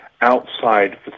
outside